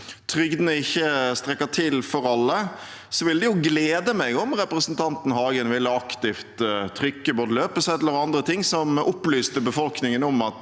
trygdene ikke strekker til for alle, ville det glede meg om representanten Hagen aktivt ville trykke både løpesedler og andre ting som opplyste befolkningen om at